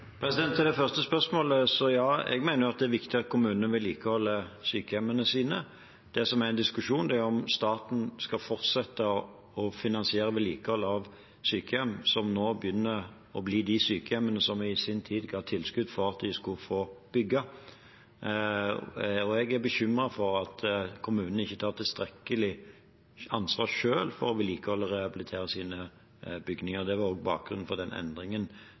Til det første spørsmålet: Ja, jeg mener det er viktig at kommunene vedlikeholder sykehjemmene sine. Det som er en diskusjon, er om staten skal fortsette å finansiere vedlikehold av sykehjem som nå begynner å bli de sykehjemmene som vi i sin tid ga tilskudd til for at de skulle få bygge. Jeg er bekymret for at kommunene selv ikke tar tilstrekkelig ansvar for å vedlikeholde og rehabilitere sine bygninger. Det var også bakgrunnen for den endringen